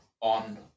on